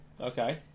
Okay